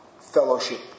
fellowship